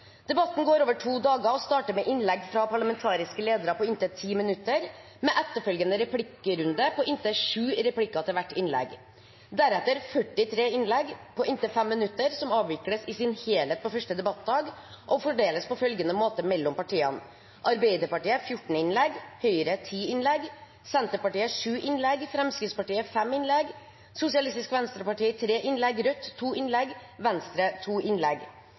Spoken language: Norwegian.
Debatten går over to dager og starter med innlegg fra parlamentariske ledere på inntil 10 minutter, med etterfølgende replikkrunde på inntil sju replikker til hvert innlegg. Deretter blir det 43 innlegg på inntil 5 minutter, som avvikles i sin helhet på første debattdag og fordeles på følgende måte mellom partiene: Arbeiderpartiet 14 innlegg, Høyre 10 innlegg, Senterpartiet 7 innlegg, Fremskrittspartiet 5 innlegg, Sosialistisk Venstreparti 3 innlegg, Rødt 2 innlegg og Venstre 2 innlegg. Det åpnes for fire replikker etter to